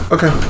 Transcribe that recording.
Okay